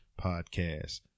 Podcast